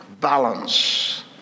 balance